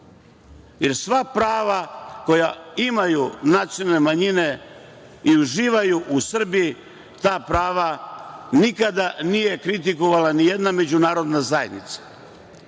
jer sva prava koja imaju nacionalne manjine i uživaju u Srbiji, ta prava nikada nije kritikovala ni jedna međunarodna zajednica.